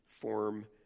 form